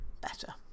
Better